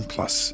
Plus